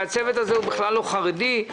כשהצוות בכלל לא חרדי,